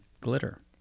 glitter